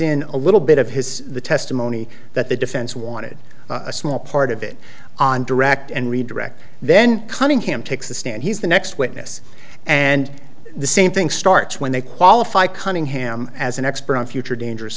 in a little bit of his testimony that the defense wanted a small part of it on direct and redirect then cunningham takes the stand he's the next witness and the same thing starts when they qualify cunningham as an expert on future dangerous